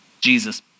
Jesus